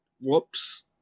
whoops